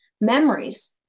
memories